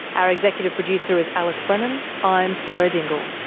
our executive producer is alice brennan. i'm sarah dingle.